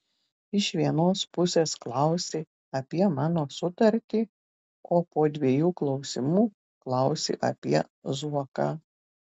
iš vienos pusės klausi apie mano sutartį o po dviejų klausimų klausi apie zuoką